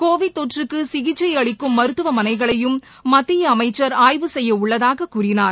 Covid தொற்றுக்கு சிகிச்சை அளிக்கும் மருத்துவமனைகளையும் மத்திய அமைச்சர் ஆய்வு செய்ய உள்ளதாக கூறினார்